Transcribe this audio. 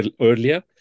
earlier